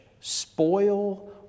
spoil